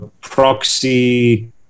proxy